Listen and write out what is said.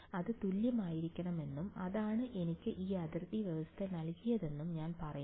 അത് തുല്യമായിരിക്കണമെന്നും അതാണ് എനിക്ക് ഈ അതിർത്തി വ്യവസ്ഥ നൽകിയതെന്നും ഞാൻ പറയുന്നു